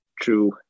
true